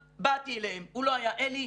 באתי אליהם, הוא לא היה, עלי.